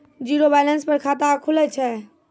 Zero balance पर खाता खुले छै?